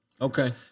okay